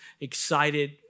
excited